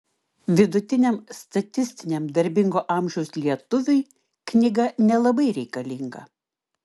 vidutiniam statistiniam darbingo amžiaus lietuviui knyga nelabai reikalinga